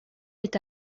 est